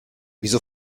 wieso